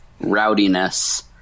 rowdiness